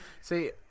See